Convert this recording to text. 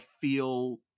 feel